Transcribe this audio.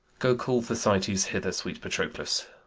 go call thersites hither, sweet patroclus.